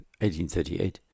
1838